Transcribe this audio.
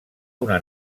una